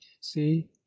see